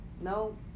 No